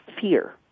fear